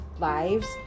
lives